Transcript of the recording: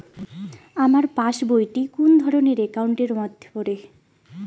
আমার পাশ বই টি কোন ধরণের একাউন্ট এর মধ্যে পড়ে?